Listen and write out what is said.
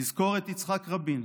נזכור את יצחק רבין,